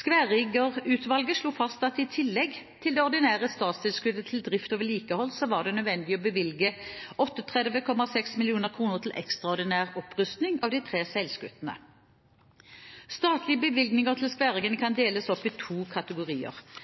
Skværriggerutvalget slo fast at i tillegg til det ordinære statstilskuddet til drift og vedlikehold var det nødvendig å bevilge 38,6 mill. kr til ekstraordinær opprustning av de tre seilskutene. Statlige bevilgninger til skværriggerne kan deles opp i to kategorier: